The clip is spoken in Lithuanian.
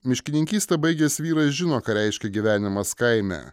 miškininkystę baigęs vyras žino ką reiškia gyvenimas kaime